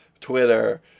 Twitter